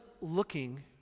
looking